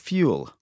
Fuel